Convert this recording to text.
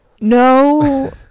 No